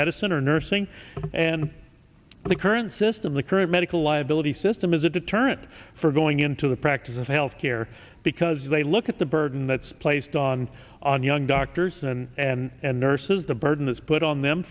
medicine or nursing and the current system the current medical liability system is a deterrent for going into the practice of health care because they look at the burden that's placed on on young doctors and and nurses the burden that's put on them